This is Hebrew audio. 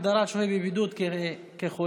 הגדרת שוהה בבידוד כחולה),